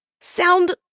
sound